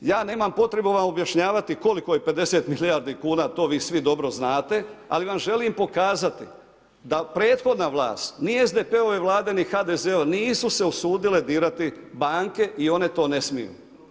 Ja nemam potrebu vam objašnjavati koliko je 50 milijardi kuna, to vi svi dobro znate, ali vam želim pokazati da prethodna vlast, ni SDP-ove Vlade i HDZ-a nisu se usudile dirati banke i one to ne smiju.